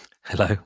hello